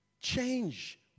Change